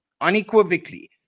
unequivocally